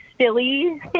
silly